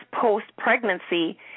post-pregnancy